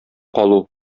калу